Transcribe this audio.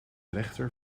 rechter